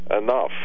enough